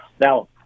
Now